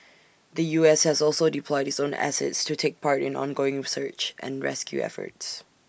the U S has also deployed its own assets to take part in ongoing research and rescue efforts